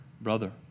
brother